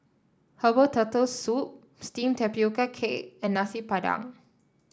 Herbal Turtle Soup steamed Tapioca Cake and Nasi Padang